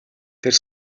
тэр